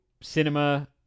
cinema